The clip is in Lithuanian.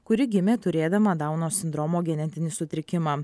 kuri gimė turėdama dauno sindromo genetinį sutrikimą